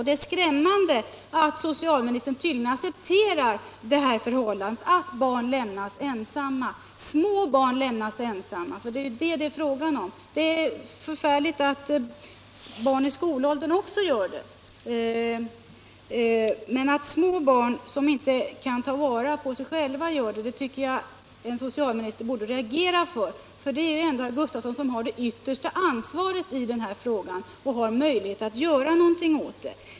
Det är skrämmande att socialministern tydligen accepterar det förhållandet att små barn lämnas ensamma. Sådant är för | färligt när det gäller barn i skolåldern, men när det gäller små barn, som inte kan ta vara på sig själva, tycker jag att en socialminister borde reagera. Det är ju ändå herr Gustavsson som har det yttersta ansvaret | i den här frågan och har möjlighet att göra någonting.